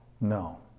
No